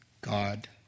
God